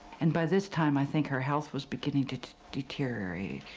and by this time i think her health was beginning to deteriorate.